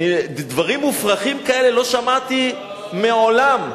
דברים מופרכים כאלה לא שמעתי מעולם.